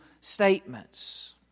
statements